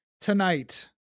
tonight